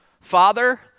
Father